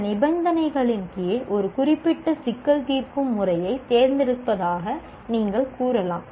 சில நிபந்தனைகளின் கீழ் ஒரு குறிப்பிட்ட சிக்கல் தீர்க்கும் முறையைத் தேர்ந்தெடுப்பதாக நீங்கள் கூறலாம்